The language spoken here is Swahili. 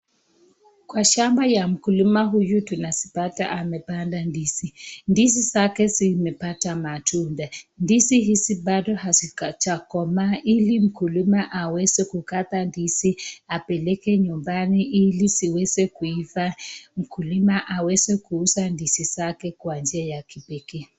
Kwa shamba ya mkulima huyu tunazipata kwamba amepanda ndizi, ndizi zake zimeoata matunda, ndizi hizi bado hazijakomaa ili mkulima aweze kukata ndizi apeleka nyumbani ili ziweze kuiva mkulima aweze kuuza ndizi zake kwa njia ya kipekee.